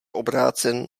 obrácen